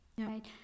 right